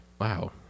wow